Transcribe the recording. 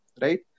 right